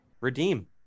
redeem